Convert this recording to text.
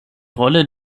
rolle